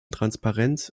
transparenz